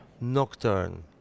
Nocturne